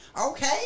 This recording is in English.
Okay